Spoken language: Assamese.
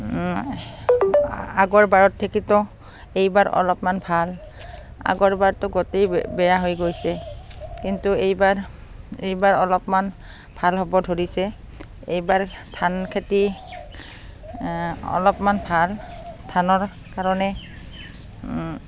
আগৰ বাৰত থাকিতো এইবাৰ অলপমান ভাল আগৰবাৰতো গোটেই বেয়া হৈ গৈছে কিন্তু এইবাৰ এইবাৰ অলপমান ভাল হ'ব ধৰিছে এইবাৰ ধান খেতি অলপমান ভাল ধানৰ কাৰণে